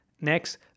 Next